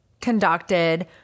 conducted